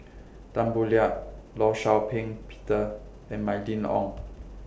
Tan Boo Liat law Shau Ping Peter and Mylene Ong